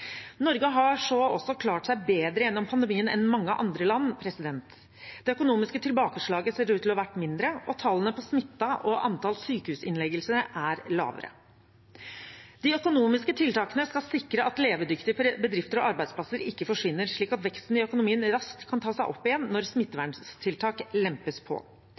Norge har så også klart seg bedre gjennom pandemien enn mange andre land. Det økonomiske tilbakeslaget ser ut til å ha vært mindre, og tallene på smittede og antall sykehusinnleggelser er lavere. De økonomiske tiltakene skal sikre at levedyktige bedrifter og arbeidsplasser ikke forsvinner, så veksten i økonomien raskt kan ta seg opp igjen når smitteverntiltak lempes på.